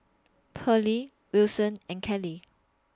Perley Wilson and Kelley